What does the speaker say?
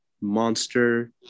monster